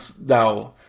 now